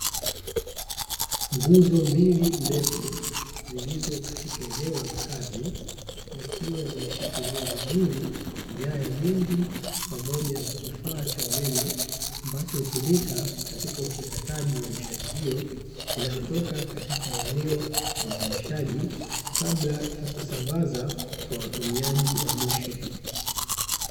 Nguzo mbili ndefu, zilizo katika eneo la makazi, zikiwa zimeshikilia vizuri nyaya nyingi pamoja na kifaa cha umeme ambacho hutumika katika uchakataji wa nishati hiyo, inayotoka katika eneo la uzalishaji kabla ya kusambaza kwa watumiaji wa mwisho.